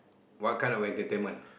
what kind of entertainment